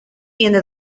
tiene